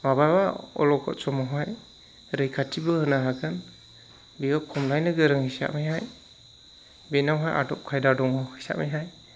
माब्लाबा अलखद समावहाय रैखाथिबो होनो हागोन बियो खमलायनो गोरों हिसाबैहाय बेनावहाय आदब खायदा दङ हिसाबैहाय